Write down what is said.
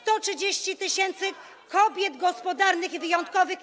130 tys. kobiet gospodarnych i wyjątkowych.